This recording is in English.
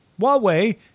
Huawei